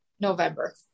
November